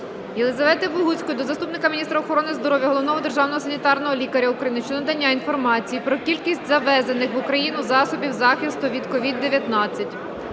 Єлізавети Богуцької до заступника міністра охорони здоров'я - Головного державного санітарного лікаря України щодо надання інформації про кількість завезених в Україну засобів захисту від СOVID-19.